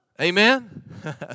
Amen